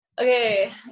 Okay